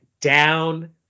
down